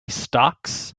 stocks